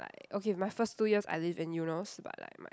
like okay my first two years I lived in Eunos but like my